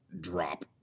drop